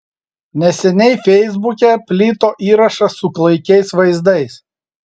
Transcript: neseniai feisbuke plito įrašas su klaikiais vaizdais